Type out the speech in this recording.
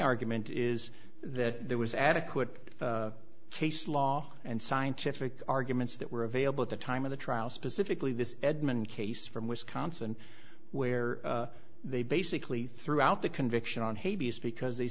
argument is that there was adequate case law and scientific arguments that were available at the time of the trial specifically this edmund case from wisconsin where they basically threw out the conviction on because they